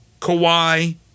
Kawhi